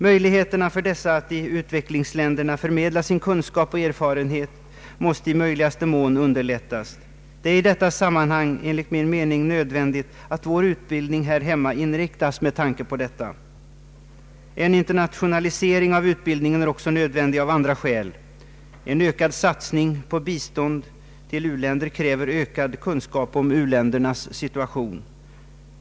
Möjligheterna för dessa att i utvecklingsländerna förmedla sin kunskap och erfarenhet måste i möjligaste mån underlättas. Det är i detta sammanhang enligt min mening nödvändigt att vår utbildning här hemma inriktas med tanke på detta. En internationalisering av utbildningen är nödvändig också av andra skäl. En ökad satsning på bistånd till u-länder kräver ökad kunskap om u-ländernas situation.